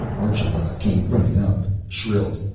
archambaud came running up, shrilled,